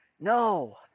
no